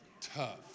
tough